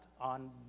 On